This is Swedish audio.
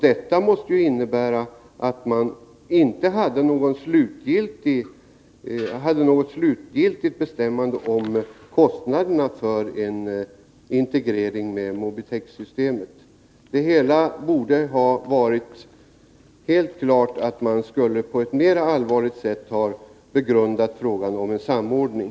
Detta måste ju innebära att kostnaderna för en integrering med Mobitexsystemet inte kunnat vara slutgiltigt bestämda. Det är helt klart att man borde på ett mera allvarligt sätt ha begrundat frågan om en samordning.